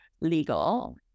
legal